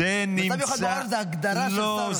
"מצב מיוחד בעורף" זו הגדרה של שר.